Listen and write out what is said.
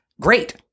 great